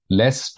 less